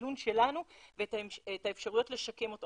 את הדיון שלנו ואת האפשרויות לשקם אותו,